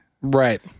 Right